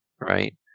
right